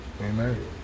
Amen